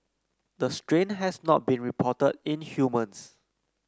the strain has not been reported in humans